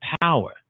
power